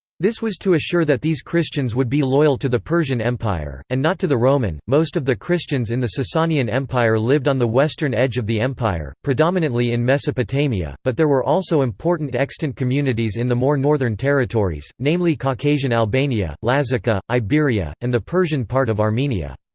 this was to assure that these christians would be loyal to the persian empire, and not to the roman most of the christians in the sasanian empire lived on the western edge of the empire, predominantly in mesopotamia, but there were also important extant communities in the more northern territories, namely caucasian albania, lazica, iberia, and the persian part of armenia.